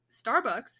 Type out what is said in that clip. Starbucks